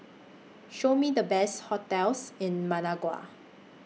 Show Me The Best hotels in Managua